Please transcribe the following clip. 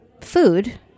food